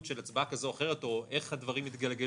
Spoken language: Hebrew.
של הצבעה כזו או אחרת או איך הדברים יתגלגלו.